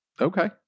Okay